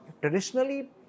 traditionally